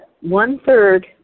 one-third